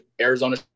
Arizona